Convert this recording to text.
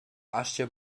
astga